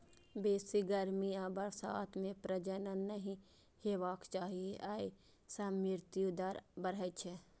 बेसी गर्मी आ बरसात मे प्रजनन नहि हेबाक चाही, अय सं मृत्यु दर बढ़ै छै